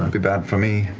be bad for me,